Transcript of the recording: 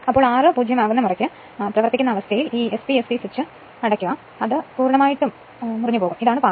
ഒരിക്കൽ ആർ 0 ആണ് പ്രവർത്തിക്കുന്ന അവസ്ഥ ഈ SP ST സ്വിച്ച് അടയ്ക്കുക അങ്ങനെ ഇത് പൂർണ്ണമായും അറ്റുപോകും ഇതാണ് പാത